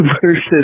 versus